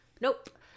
Nope